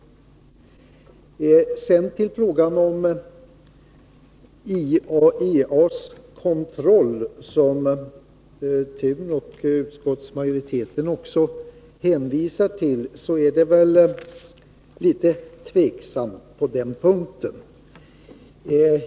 Vad sedan gäller IAEA:s kontroll, som Sture Thun och utskottsmajoriteten i övrigt hänvisar till, finns det väl en viss tveksamhet på den punkten.